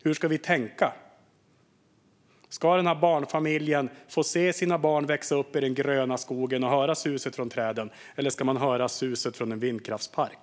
Hur ska vi tänka? Ska den här barnfamiljen få se sina barn växa upp i den gröna skogen och höra suset från träden, eller ska familjen få höra suset från en vindkraftspark?